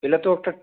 এলে তো একটা